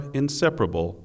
inseparable